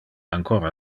ancora